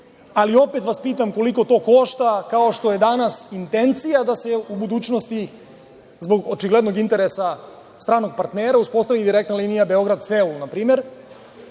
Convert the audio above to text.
Ali opet vas pitam koliko to košta, kao što je danas intencija da se u budućnosti zbog očiglednog interesa stranog partnera uspostavi direktna linija Beograd - Seul, na primer.